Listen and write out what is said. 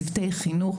צוותי חינוך,